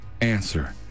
answer